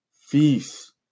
feast